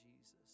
Jesus